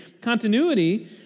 continuity